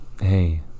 Hey